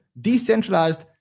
decentralized